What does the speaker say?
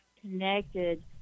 connected